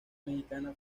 mexicana